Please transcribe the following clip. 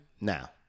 Now